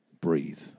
Breathe